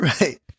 Right